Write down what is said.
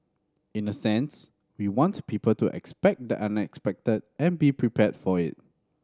in a sense we want people to expect the unexpected and be prepared for it